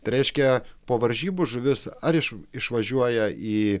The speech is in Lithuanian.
tai reiškia po varžybų žuvis ar iš išvažiuoja į